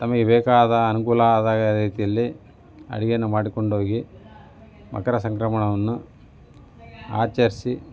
ತಮಗೆ ಬೇಕಾದ ಅನುಕೂಲ ಆಗುವ ರೀತಿಯಲ್ಲಿ ಅಡುಗೆನಾ ಮಾಡಿಕೊಂಡೋಗಿ ಮಕರ ಸಂಕ್ರಮಣವನ್ನು ಆಚರಿಸಿ